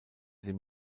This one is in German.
dem